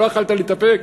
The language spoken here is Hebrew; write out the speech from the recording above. לא יכולת להתאפק?